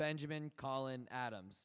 benjamin collin adams